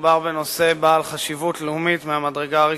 מדובר בנושא בעל חשיבות לאומית מהמדרגה הראשונה.